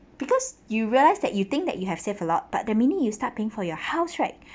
because you realise that you think that you have saved a lot but the minute you start paying for your house right